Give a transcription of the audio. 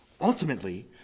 ultimately